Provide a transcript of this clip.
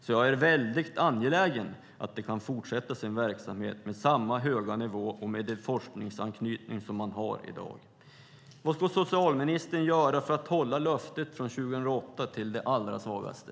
Jag är väldigt angelägen om att man kan fortsätta sin verksamhet med samma höga nivå och med den forskningsanknytning som man har i dag. Vad ska socialministern göra för att hålla löftet från 2008 till de allra svagaste?